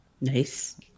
Nice